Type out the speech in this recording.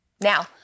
Now